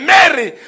Mary